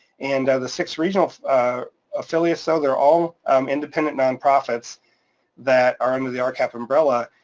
and the six regional affiliates though, they're all independent nonprofits that are under the rcap umbrella.